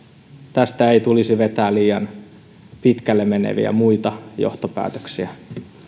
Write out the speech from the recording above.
tästä ei tulisi vetää liian pitkälle meneviä muita johtopäätöksiä